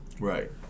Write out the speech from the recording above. Right